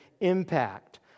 impact